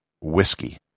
Whiskey